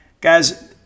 Guys